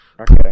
Okay